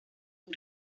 muy